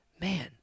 man